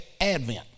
advent